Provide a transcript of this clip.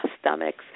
stomachs